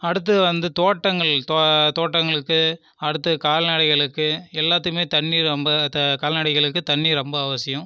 அடுத்து வந்து தோட்டங்கள் தோட்டங்களுக்கு அடுத்து கால்நடைகளுக்கு எல்லோத்துக்குமே தண்ணி ரொம்ப கால்நடைகளுக்கு தண்ணி ரொம்ப அவசியம்